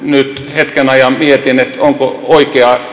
hetken ajan mietin onko oikea